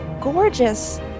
gorgeous